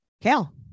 Kale